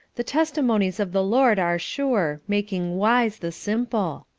the testimonies of the lord are sure, making wise the simple.